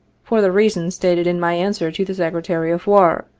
for the reasons stated in my answer to the sec retary of war,